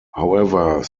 however